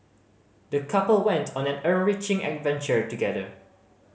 the couple went on an enriching adventure together